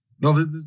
no